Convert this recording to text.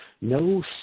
No